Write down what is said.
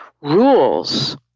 rules